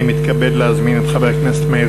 אני מתכבד להזמין את חבר הכנסת מאיר